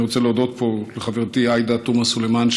אני רוצה להודות פה לחברתי עאידה תומא סלימאן,